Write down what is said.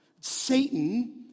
Satan